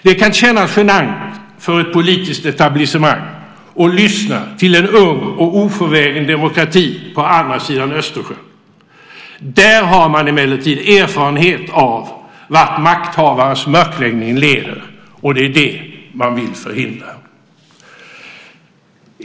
Det kan kännas genant för ett politiskt etablissemang att lyssna till en ung och oförvägen demokrati på andra sidan Östersjön. Där har man emellertid erfarenhet av vart makthavares mörkläggning leder, och det är det man vill förhindra.